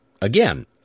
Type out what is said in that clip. again